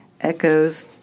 Echoes